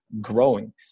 growing